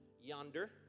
yonder